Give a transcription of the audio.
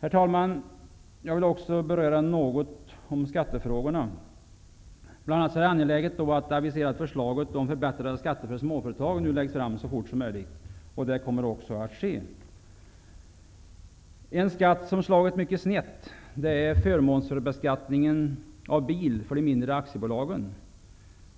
Herr talman! Jag vill också något beröra skattefrågorna. Det är bl.a. angeläget att det aviserade förslaget om förbättringar när det gäller skatter för småföretag nu läggs fram så fort som möjligt, och det kommer också att ske. En skatt som slagit mycket snett är förmånsbeskattningen av bil för de mindre aktiebolagen.